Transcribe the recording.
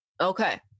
Okay